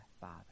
Father